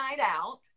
Out